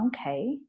okay